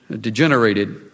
degenerated